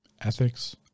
ethics